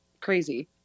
crazy